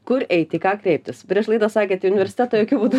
kur eiti į ką kreiptis prieš laidą sakėt į universitetą jokiu būdu